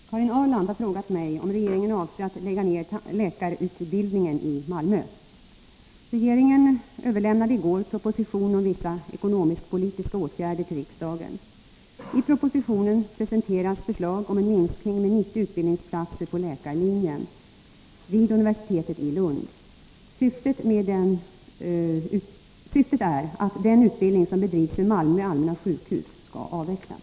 Herr talman! Karin Ahrland har frågat mig om regeringen avser att lägga ned läkarutbildningen i Malmö. Regeringen överlämnade i går proposition om vissa ekonomisk-politiska åtgärder till riksdagen. I propositionen presenteras förslag om en minskning med 90 utbildningsplatser på läkarlinjen vid universitetet i Lund. Syftet är att den utbildning som bedrivs vid Malmö allmänna sjukhus skall avvecklas.